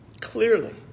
Clearly